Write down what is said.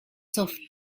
soft